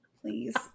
please